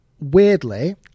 Weirdly